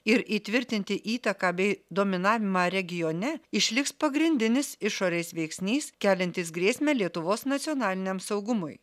ir įtvirtinti įtaką bei dominavimą regione išliks pagrindinis išorės veiksnys keliantis grėsmę lietuvos nacionaliniam saugumui